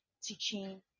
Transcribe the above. teaching